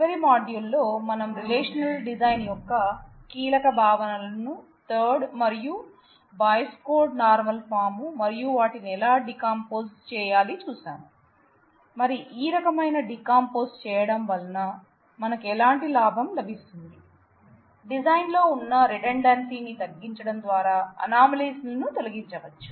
చివరి మాడ్యూల్ లో మనం రిలేషనల్ డిజైన్ యొక్క కొన్ని కీలక భావనలను థర్డ్ లను తొలగించవచ్చు